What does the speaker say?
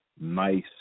nice